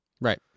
Right